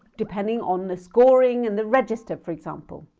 depending on the scoring and the register for example